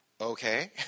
Okay